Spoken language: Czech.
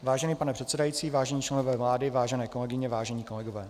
Vážený pane předsedající, vážení členové vlády, vážené kolegyně, vážení kolegové.